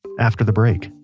after the break